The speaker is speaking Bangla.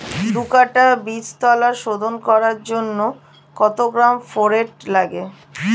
দু কাটা বীজতলা শোধন করার জন্য কত গ্রাম ফোরেট লাগে?